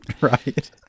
right